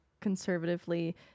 conservatively